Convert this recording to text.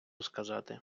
сказати